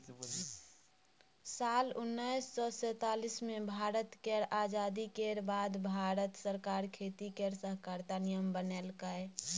साल उन्नैस सय सैतालीस मे भारत केर आजादी केर बाद भारत सरकार खेती केर सहकारिता नियम बनेलकै